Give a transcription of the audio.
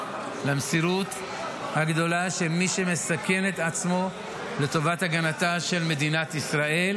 למסירות הגדולה של מי שמסכן את עצמו לטובת הגנתה של מדינת ישראל,